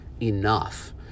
enough